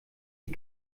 die